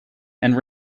and